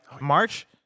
March